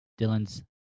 Dylan's